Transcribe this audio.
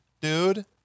dude